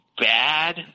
bad